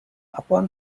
upon